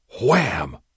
Wham